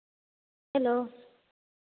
hello